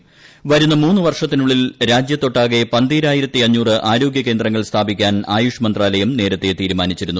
ഘ്രുന്ന മൂന്നു വർഷത്തിനുള്ളിൽ രാജ്യത്തൊട്ടാകെ പന്തീരായിർത്തി അഞ്ഞൂറ് ആരോഗ്യകേന്ദ്രങ്ങൾ സ്ഥാപിക്കാൻ ആയുഷ് മന്ത്രാ്ലയം നേരത്തെ തീരുമാനിച്ചിരുന്നു